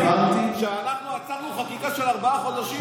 כשאנחנו עצרנו חקיקה של ארבעה חודשים.